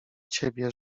ciebie